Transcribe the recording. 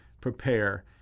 prepare